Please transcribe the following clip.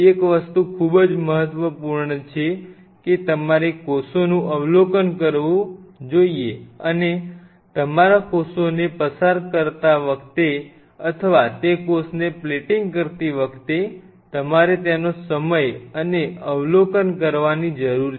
એક વસ્તુ ખૂબ જ મહત્વપૂર્ણ છે કે તમારે કોષોનું અવલોકન કરવું જોઈએ અને તમારા કોષોને પસાર કરતા વખતે અથવા તે કોષને પ્લેટિંગ કરતી વખતે તમારે તેનો સમય અને અવલોકન કરવાની જરૂર છે